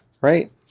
right